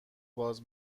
باز